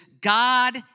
God